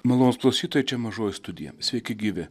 malonūs klausytojai čia mažoji studija sveiki gyvi